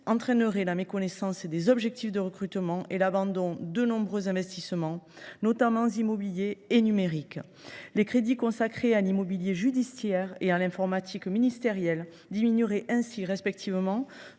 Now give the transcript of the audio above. conduirait à renoncer aux objectifs de recrutement et à abandonner de nombreux investissements, notamment immobiliers et numériques. Les crédits consacrés à l’immobilier judiciaire et à l’informatique ministérielle diminueraient ainsi respectivement